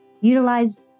utilize